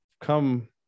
come